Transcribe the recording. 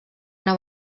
una